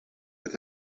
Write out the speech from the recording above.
with